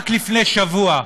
רק לפני שבוע,